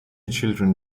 children